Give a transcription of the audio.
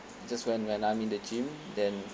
just when when I'm in the gym then